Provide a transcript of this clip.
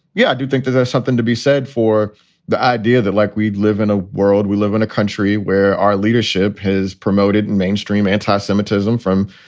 yeah, i do think that there's something to be said for the idea that, like, we'd live in a world we live in a country where our leadership has promoted and mainstream anti-semitism from,